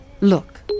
Look